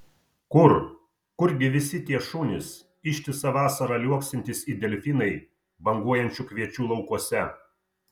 kur kurgi visi tie šunys ištisą vasarą liuoksintys it delfinai banguojančių kviečių laukuose